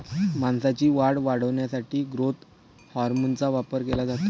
मांसाची वाढ वाढवण्यासाठी ग्रोथ हार्मोनचा वापर केला जातो